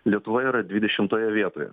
lietuva yra dvidešimtoje vietoje